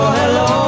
hello